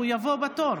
הוא יבוא בתור.